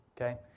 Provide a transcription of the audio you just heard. Okay